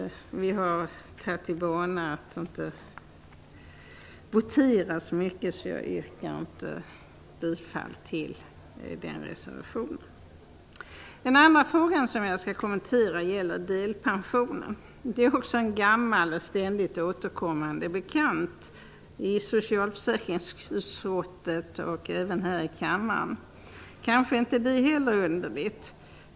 Vi har tagit till vana att inte begära votering så ofta. Jag yrkar därför inte bifall till den reservationen. Den andra frågan som jag skall kommentera gäller delpensionen. Det är också en ständigt återkommande bekant i socialförsäkringsutskottet och även här i kammaren. Det är kanske inte heller så underligt.